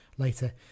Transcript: later